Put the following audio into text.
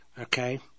Okay